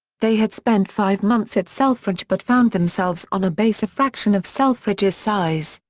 they had spent five months at selfridge but found themselves on a base a fraction of selfridge's size,